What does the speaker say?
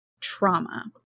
trauma